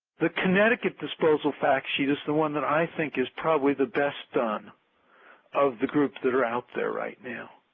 the connecticut disposal fact sheet is the one that i think is probably the best done of the group that are out there right now.